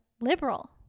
liberal